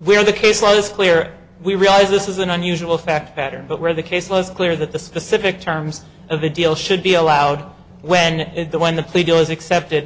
where the case law is clear we realize this is an unusual fact pattern but where the case was clear that the specific terms of the deal should be allowed when the when the plea deal is accepted